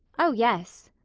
oh! yes.